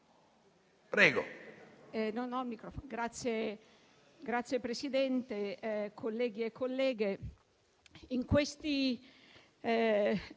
Signor Presidente, colleghi e colleghe,